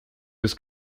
his